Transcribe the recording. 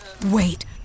wait